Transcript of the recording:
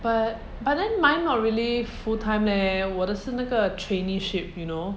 but but then mine not really full time leh 我的是那个 traineeship you know